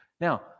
Now